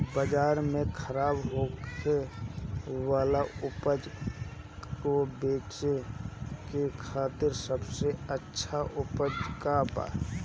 बाजार में खराब होखे वाला उपज को बेचे के खातिर सबसे अच्छा उपाय का बा?